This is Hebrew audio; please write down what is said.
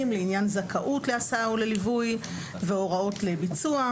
לעניין זכאות להסעה ולליווי והוראות לביצוע.